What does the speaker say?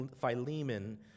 Philemon